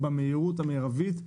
במהירות המרבית.